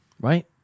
right